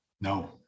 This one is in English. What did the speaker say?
No